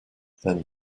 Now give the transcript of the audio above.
then